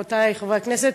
חברותי חברי הכנסת,